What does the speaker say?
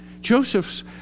Joseph's